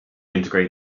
integrate